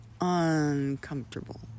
uncomfortable